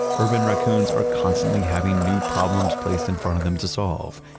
urban raccoons are constantly having new problems placed in front of them to solve,